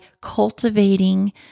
cultivating